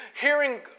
hearing